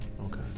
Okay